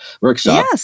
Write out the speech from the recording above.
workshop